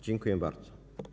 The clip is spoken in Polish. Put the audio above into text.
Dziękuję bardzo.